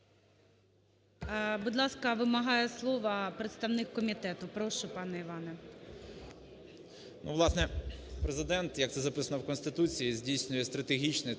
Будь ласка, вимагає слова представник комітету. Прошу, пане Іване. 17:03:19 ВІННИК І.Ю. Власне Президент, як це записано в Конституції, здійснює стратегічне